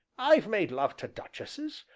i've made love to duchesses,